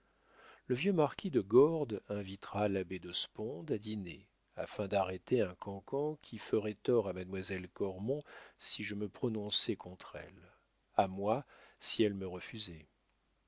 le vieux marquis de gordes invitera l'abbé de sponde à dîner afin d'arrêter un cancan qui ferait tort à mademoiselle cormon si je me prononçais contre elle à moi si elle me refusait